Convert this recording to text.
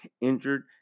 injured